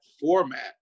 format